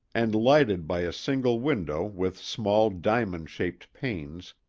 and lighted by a single window with small diamond-shaped panes,